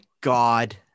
God